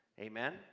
Amen